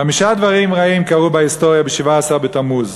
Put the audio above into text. חמישה דברים רעים קרו בהיסטוריה ב-17 בתמוז.